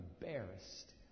embarrassed